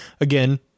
Again